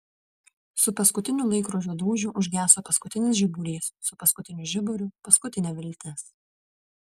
su paskutiniu laikrodžio dūžiu užgeso paskutinis žiburys su paskutiniu žiburiu paskutinė viltis